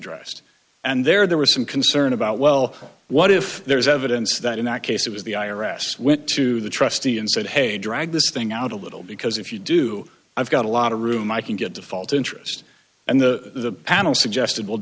addressed and there was some concern about well what if there is evidence that in that case it was the i r s went to the trustee and said hey drag this thing out a little because if you do i've got a lot of room i can get default interest and the panel suggested well